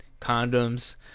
condoms